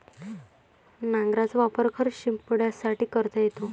नांगराचा वापर खत शिंपडण्यासाठी करता येतो